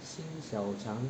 心小肠